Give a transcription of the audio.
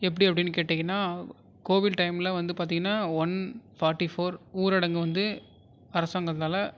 எப்படி அப்படினு கேட்டிங்கனா கோவிட் டைமில் வந்து பார்த்திங்னா ஒன் ஃபார்ட்டி ஃபோர் ஊரடங்கு வந்து அரசாங்காத்தால்